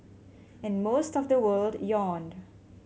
and most of the world yawned